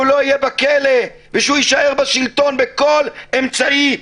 שהוא לא יהיה בכלא, שהוא יישאר בשלטון בכל אמצעי.